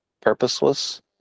purposeless